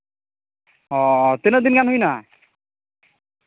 ᱚ ᱛᱤᱱᱟᱹᱜ ᱫᱤᱱ ᱜᱟᱱ ᱦᱩᱭᱱᱟ